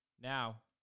Now